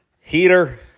heater